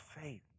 faith